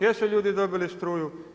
Jesu ljudi dobili struju?